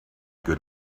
good